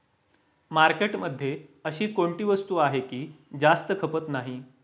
मार्केटमध्ये अशी कोणती वस्तू आहे की जास्त खपत नाही?